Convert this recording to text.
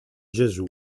gesù